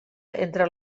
entre